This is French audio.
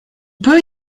peut